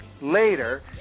Later